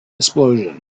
explosion